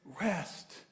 Rest